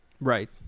Right